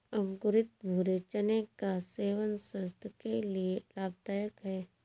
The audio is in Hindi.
अंकुरित भूरे चने का सेवन स्वास्थय के लिए लाभदायक है